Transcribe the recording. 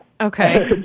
Okay